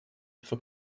for